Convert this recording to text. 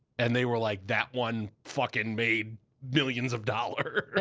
and they were like, that one fucking made millions of dollars. ah